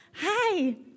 Hi